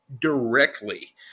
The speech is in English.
directly